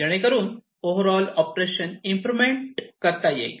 जेणेकरून overall operations improvement करता येईल